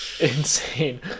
insane